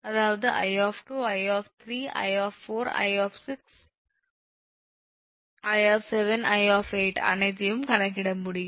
அதாவது 𝑖 𝑖 𝑖 𝑖 𝑖 𝑖 𝑖 அனைத்தையும் கணக்கிட முடியும்